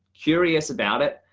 curious about it,